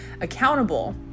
accountable